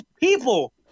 people